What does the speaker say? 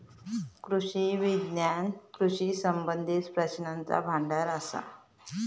कृषी विज्ञान कृषी संबंधीत प्रश्नांचा भांडार असा